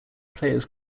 players